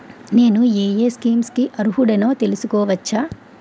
నేను యే యే స్కీమ్స్ కి అర్హుడినో తెలుసుకోవచ్చా?